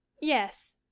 yes